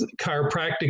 chiropractic